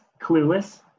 Clueless